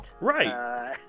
Right